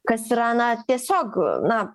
kas yra na tiesiog na